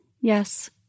yes